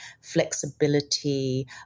flexibility